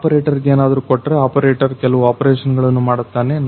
ಆಪರೇಟರ್ಗೇನದ್ರು ಕೊಟ್ಟರೆ ಆಪರೇಟರ್ ಕೆಲವು ಆಪರೇಷನ್ಗಳನ್ನ ಮಾಡುತ್ತಾನೆ